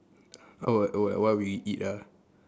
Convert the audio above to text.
oh what oh what we eat ah